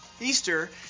Easter